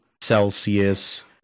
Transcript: Celsius